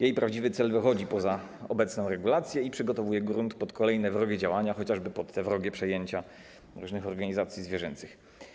Jej prawdziwy cel wychodzi poza obecną regulację i przygotowuje grunt pod kolejne wrogie działania, chociażby wrogie przejęcia różnych organizacji zwierzęcych.